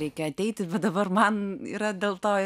reikia ateiti bet dabar man yra dėl to